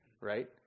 right